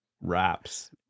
wraps